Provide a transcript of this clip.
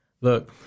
look